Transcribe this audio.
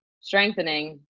strengthening